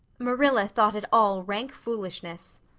marilla thought it all rank foolishness.